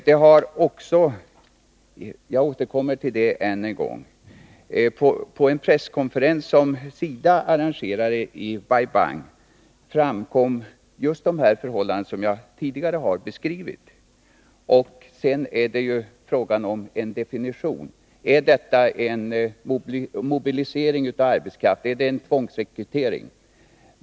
Det har också — jag återkommer även till detta än en gång — på en presskonferens SIDA arrangerade i Bai Bang framkommit just de förhållanden som jag tidigare har beskrivit. Sedan är det en definitionsfråga om detta är en mobilisering av arbetskraft eller en tvångsrekrytering.